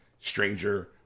stranger